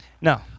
No